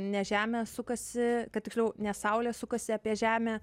ne žemė sukasi kad tiksliau ne saulė sukasi apie žemę